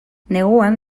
neguan